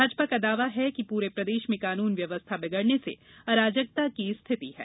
भाजपा का दावा है कि पूरे प्रदेश में कानून व्यवस्था बिगड़ने से अराजकता की स्थिति है